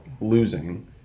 losing